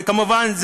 וכמובן,